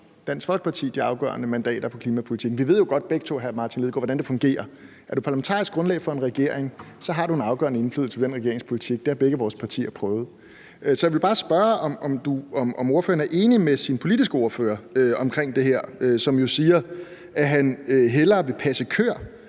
Dansk Folkeparti de afgørende mandater i forhold til klimapolitikken. Vi ved jo godt begge to, hr. Martin Lidegaard, hvordan det fungerer: Er man parlamentarisk grundlag for en regering, har man en afgørende indflydelse på den regerings politik. Det har begge vores partier prøvet. Så jeg vil bare spørge, om hr. Martin Lidegaard i forhold til det her er enig med sin politiske ordfører, som siger, at han hellere vil passe køer